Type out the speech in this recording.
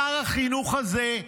שר החינוך הזה,